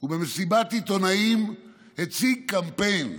ובמסיבת עיתונאים הציג קמפיין: